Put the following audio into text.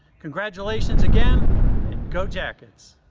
congratulations again and go jackets.